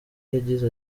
yagize